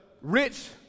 rich